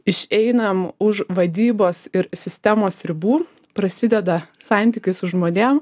iš einam už vadybos ir sistemos ribų prasideda santykiai su žmonėm